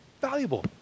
valuable